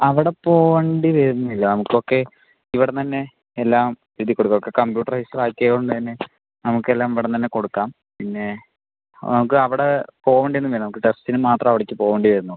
അവിടെ പോകേണ്ടി വരുന്നില്ല നമുക്ക് ഒക്കെ ഇവിടെ നിന്ന് തന്നെ എല്ലാം എഴുതി കൊടുക്കാം ഒക്കെ കമ്പ്യൂട്ടറൈസ്ഡ് ആക്കിയതുകൊണ്ട് തന്നെ നമുക്ക് എല്ലാം ഇവിടുന്ന് തന്നെ കൊടുക്കാം പിന്നെ നമുക്ക് അവിടെ പോകേണ്ടി ഒന്നും വരില്ല നമുക്ക് ടെസ്റ്റിന് മാത്രമാണ് അവിടേക്ക് പോകേണ്ടി വരുന്നുള്ളൂ